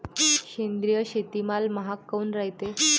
सेंद्रिय शेतीमाल महाग काऊन रायते?